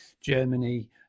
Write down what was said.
Germany